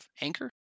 Anchor